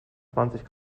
zwanzig